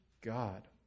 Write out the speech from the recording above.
God